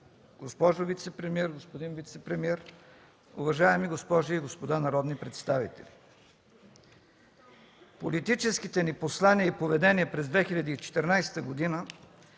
госпожо вицепремиер, господин вицепремиер, уважаеми госпожи и господа народни представители! Политическите ни послания и поведение през 2014 г.